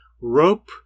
Rope